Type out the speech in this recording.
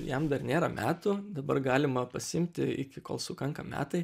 jam dar nėra metų dabar galima pasiimti iki kol sukanka metai